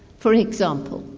for example,